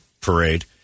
parade